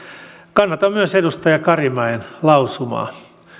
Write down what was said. kannatan myös edustaja karimäen lausumaa